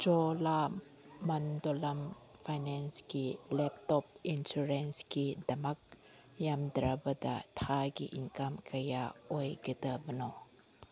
ꯆꯣꯂꯥꯝꯃꯟꯗꯣꯂꯝ ꯐꯥꯏꯅꯦꯟꯁꯀꯤ ꯂꯦꯞꯇꯣꯞ ꯏꯟꯁꯨꯔꯦꯟꯁꯀꯤꯗꯃꯛ ꯌꯥꯝꯗ꯭ꯔꯕꯗ ꯊꯥꯒꯤ ꯏꯟꯀꯝ ꯀꯌꯥ ꯑꯣꯏꯒꯗꯧꯕꯅꯣ